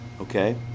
okay